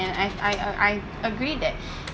and I I I agree that